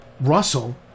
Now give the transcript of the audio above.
Russell